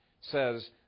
says